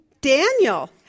Daniel